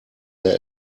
der